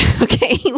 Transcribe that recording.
okay